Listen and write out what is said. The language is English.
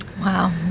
Wow